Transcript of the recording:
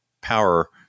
power